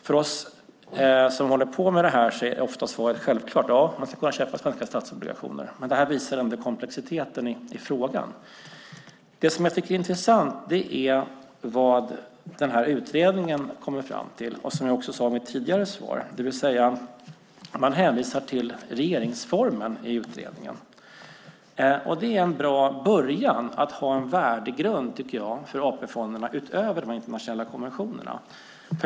För oss som håller på med detta är ofta svaret självklart: Ja, man ska kunna köpa svenska statsobligationer. Men det visar ändå komplexiteten i frågan. Det som är intressant är vad utredningen som jag talade om i mitt svar kommer fram till. I utredningen hänvisar man till regeringsformen. Det är en bra början för att ha en värdegrund för AP-fonderna utöver de internationella konventionerna.